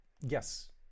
Yes